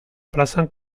plazan